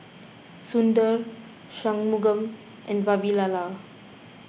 Sundar Shunmugam and Vavilala